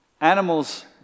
Animals